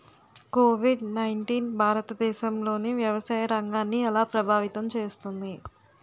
Covid nineteen భారతదేశంలోని వ్యవసాయ రంగాన్ని ఎలా ప్రభావితం చేస్తుంది?